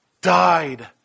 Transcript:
died